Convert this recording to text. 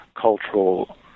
cultural